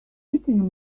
meeting